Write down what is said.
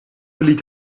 liet